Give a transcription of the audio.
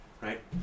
right